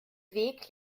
weg